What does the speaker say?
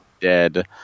dead